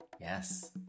Yes